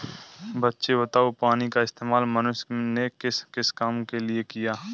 बच्चे बताओ पानी का इस्तेमाल मनुष्य ने किस किस काम के लिए किया?